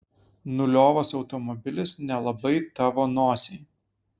nuliovas automobilis nelabai tavo nosiai